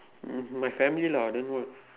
um my family lah then what